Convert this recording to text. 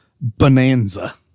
bonanza